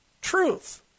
truth